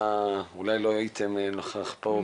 אולי לא נוכחתם פה,